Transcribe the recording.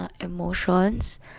emotions